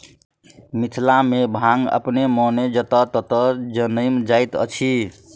मिथिला मे भांग अपने मोने जतय ततय जनैम जाइत अछि